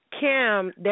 Kim